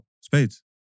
Spades